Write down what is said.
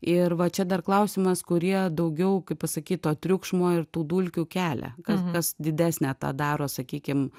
ir va čia dar klausimas kurie daugiau kaip pasakyt to triukšmo ir tų dulkių kelia ka kas didesnę tą daro sakykim